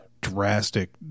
drastic